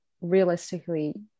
realistically